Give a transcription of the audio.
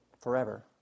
forever